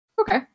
Okay